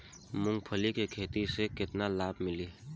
मूँगफली के खेती से केतना लाभ मिली?